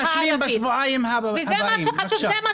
וזה משהו חשוב.